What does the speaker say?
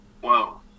whoa